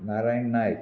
Narayan Naik